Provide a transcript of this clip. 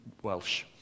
Welsh